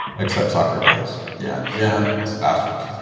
except soccer goalies. yeah. yeah. those bastards.